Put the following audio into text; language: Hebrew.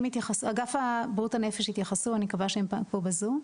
אגף בריאות הנפש יתייחסו אני מקווה שהם כאן בזום.